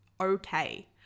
okay